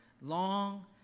long